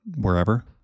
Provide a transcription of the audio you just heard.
wherever